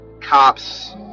cops